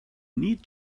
need